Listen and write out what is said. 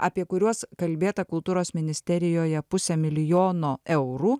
apie kuriuos kalbėta kultūros ministerijoje pusę milijono eurų